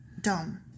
Dumb